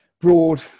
broad